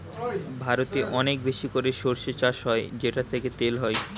ভারতে অনেক বেশি করে সরষে চাষ হয় যেটা থেকে তেল হয়